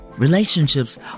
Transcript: Relationships